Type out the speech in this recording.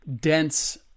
dense